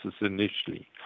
initially